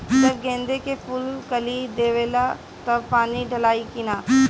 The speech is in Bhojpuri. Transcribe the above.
जब गेंदे के फुल कली देवेला तब पानी डालाई कि न?